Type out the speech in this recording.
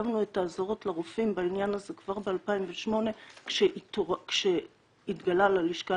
כתבנו את האזהרות לרופאים בעניין הזה כבר ב-2008 כשהתגלתה ללשכה